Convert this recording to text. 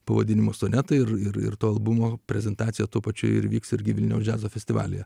pavadinimu sonetai ir ir to albumo prezentacija tuo pačiu ir vyks irgi vilniaus džiazo festivalyje